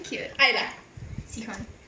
爱了